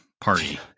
Party